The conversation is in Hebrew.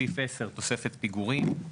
סעיף 10, תוספת פיגורים,